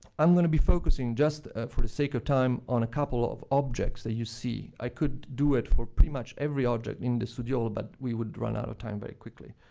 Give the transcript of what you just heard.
i'm going to be focusing just, for the sake of time, on a couple of objects that you see. i could do it for pretty much every object in the studiolo, but we would run out of time very quickly.